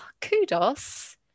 kudos